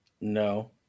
No